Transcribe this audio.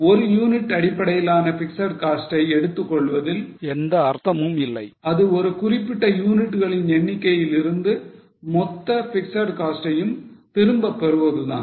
ஒரு யூனிட் அடிப்படையிலான fixed cost ஐ எடுத்துக்கொள்வதில் எந்த அர்த்தமும் இல்லை அது ஒரு குறிப்பிட்ட யூனிட்டுகளின் எண்ணிக்கையில் இருந்து மொத்த பிக்ஸட் காஸ்ட் யும் திரும்பப் பெறுவது தான்